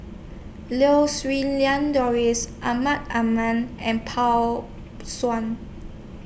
Lau Siew Lang Doris Amrin Amin and Paw